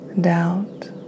doubt